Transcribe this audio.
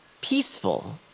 Peaceful